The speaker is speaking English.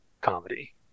comedy